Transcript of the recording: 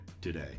today